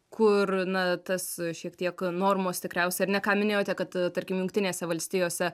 kur na tas šiek tiek normos tikriausiai ar ne ką minėjote kad tarkim jungtinėse valstijose